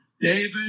David